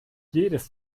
jedes